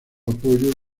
apoyo